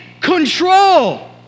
control